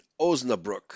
Osnabrück